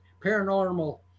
paranormal